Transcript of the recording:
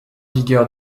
vigueur